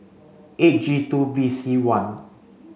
eight G two B C one